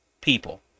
people